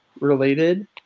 related